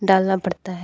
डालना पड़ता है